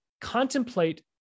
contemplate